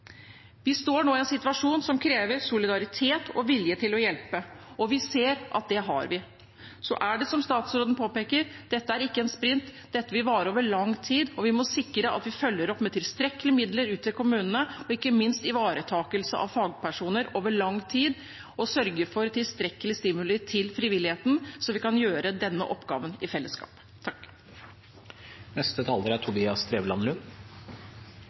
Vi står nå i en situasjon som krever solidaritet og vilje til å hjelpe, og vi ser at det har vi. Så er det som statsråden påpeker: Dette er ikke en sprint – dette vil vare over lang tid, og vi må sikre at vi følger opp med tilstrekkelige midler til kommunene og ikke minst ivaretakelse av fagpersoner over lang tid, og sørge for tilstrekkelig stimuli til frivilligheten, så vi kan gjøre denne oppgaven i fellesskap.